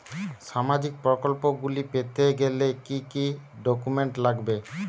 সামাজিক প্রকল্পগুলি পেতে গেলে কি কি ডকুমেন্টস লাগবে?